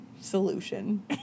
Solution